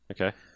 Okay